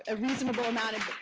and reasonable amount of